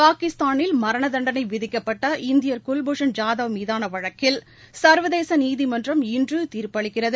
பாகிஸ்தானில் மரணதண்டனை விதிக்கப்பட்ட இந்தியர் குவ்பூஷன் ஜாதவ் மீதான வழக்கில் சர்வதேச நீதிமன்றம் இன்று தீய்ப்பு அளிக்கிறது